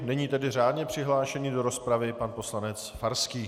Nyní tedy řádně přihlášený do rozpravy pan poslanec Farský.